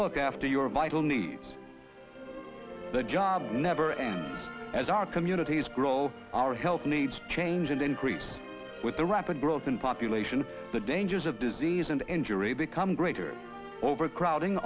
look after your vital needs the job never as our communities grow our health needs change and increase with the rapid growth in population the dangers of disease and injury become greater overcrowding